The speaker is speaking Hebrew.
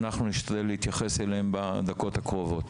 אנחנו נשתדל להתייחס אליהם בדקות הקרובות.